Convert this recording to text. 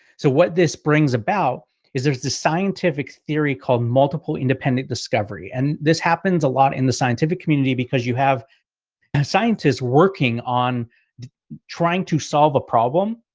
so what this brings about is there's the scientific theory called multiple independent discovery. and this happens a lot in the scientific community, because you have scientists working on trying to solve a problem.